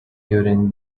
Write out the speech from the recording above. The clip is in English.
during